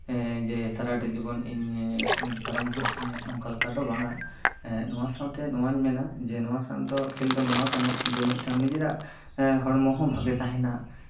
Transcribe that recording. ᱮᱜ ᱥᱟᱨᱟᱴᱟ ᱡᱤᱵᱚᱱ ᱤᱧ ᱯᱟᱨᱚᱢ ᱦᱩᱭᱩᱜ ᱛᱤᱧᱟ ᱱᱚᱝᱠᱟ ᱞᱮᱠᱟ ᱫᱚ ᱵᱟᱝᱟ ᱮᱜ ᱱᱚᱣᱟ ᱥᱟᱶᱛᱮ ᱱᱚᱣᱟᱧ ᱢᱮᱱᱟ ᱱᱚᱣᱟ ᱥᱟᱶᱛᱮ ᱠᱷᱮᱞ ᱫᱚ ᱱᱚᱣᱟ ᱠᱟᱱᱟ ᱢᱤᱫᱴᱟᱝ ᱱᱤᱡᱮᱨᱟᱜ ᱦᱚᱲᱢᱚ ᱦᱚᱸ ᱵᱷᱟᱜᱮ ᱛᱟᱦᱮᱱᱟ